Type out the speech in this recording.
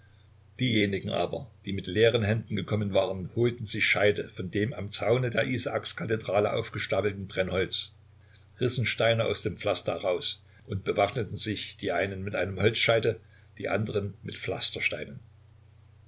diejenigen aber die mit leeren händen gekommen waren holten sich scheite von dem am zaune der isaakskathedrale aufgestapelten brennholz rissen steine aus dem pflaster heraus und bewaffneten sich die einen mit einem holzscheite die anderen mit